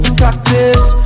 practice